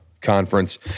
conference